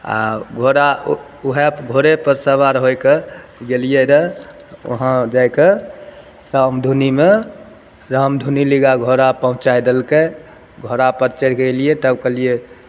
आओर घोड़ा ओ वएह घोड़ेपर सवार होइके गेलिए रहै वहाँ जाके रामधुनीमे रामधुनी लिगाँ घोड़ा पहुँचै देलकै घोड़ापर चढ़िके अएलिए तब कहलिए